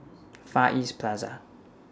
Far East Plaza